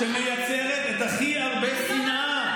האבסורד הכי גדול הוא שזו החבורה שמייצרת את הכי הרבה שנאה,